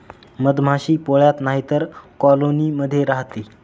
मधमाशी पोळ्यात नाहीतर कॉलोनी मध्ये राहते